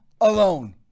alone